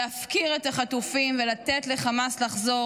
להפקיר את החטופים ולתת לחמאס לחזור